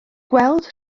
gweld